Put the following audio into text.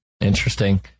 Interesting